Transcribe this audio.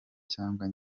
cyangwa